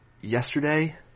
yesterday